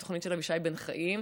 בתוכנית של אבישי בן חיים.